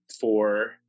for-